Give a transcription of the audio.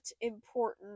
important